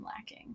lacking